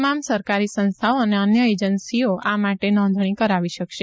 તમામ સરકારી સંસ્થાઓ અને અન્ય એજન્સીઓ આ માટે નોંધણી કરાવી શકશે